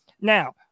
Now